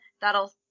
that'll